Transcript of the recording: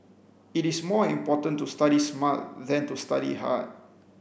it is more important to study smart than to study hard